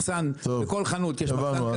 בכל חנות יש מחסן כזה,